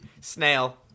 Snail